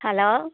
hello